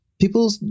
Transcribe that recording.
people